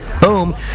boom